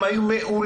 הם היו מעולים.